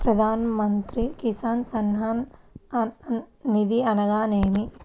ప్రధాన మంత్రి కిసాన్ సన్మాన్ నిధి అనగా ఏమి?